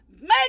make